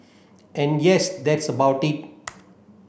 and yes that's about it